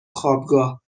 خوابگاه